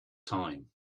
time